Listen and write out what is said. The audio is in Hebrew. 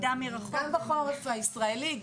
זה אפשרי גם בחורף הישראלי,